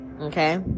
Okay